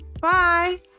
bye